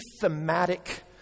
thematic